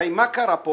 הרי מה קרה כאן?